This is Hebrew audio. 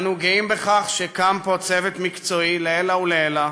אנו גאים בכך שקם פה צוות מקצועי לעילא ולעילא,